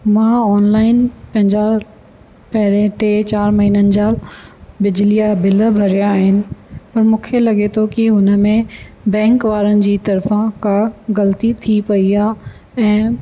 मां ऑनलाइन पंहिंजा पहिरें टे चारि महीननि जा बिजली जा बिल भरिया आहिनि पर मूंखे लॻे थो की हुन में बैंक वारनि जी तरिफ़ा का ग़लती थी पेई आहे ऐं